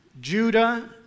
Judah